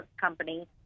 company